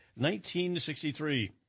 1963